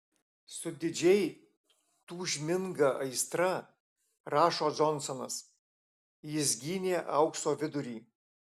su didžiai tūžminga aistra rašo džonsonas jis gynė aukso vidurį